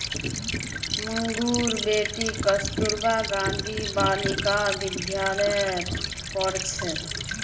मंगूर बेटी कस्तूरबा गांधी बालिका विद्यालयत पढ़ छेक